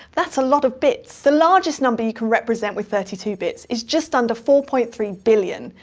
that's a lot of bits! the largest number you can represent with thirty two bits is just under four point three billion.